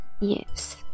yes